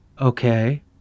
Okay